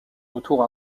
retour